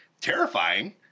terrifying